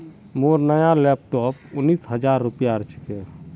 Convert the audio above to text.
मोर नया लैपटॉप उन्नीस हजार रूपयार छिके